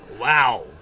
wow